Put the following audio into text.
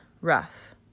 rough